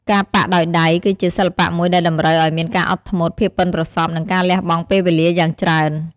ការប៉ាក់ដោយដៃ គឺជាសិល្បៈមួយដែលតម្រូវឱ្យមានការអត់ធ្មត់ ភាពប៉ិនប្រសប់ និងការលះបង់ពេលវេលាយ៉ាងច្រើន។